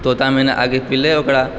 तोता मैना आके पीलय ओकरा